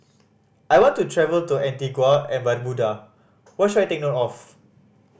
I want to travel to Antigua and Barbuda what should I take note of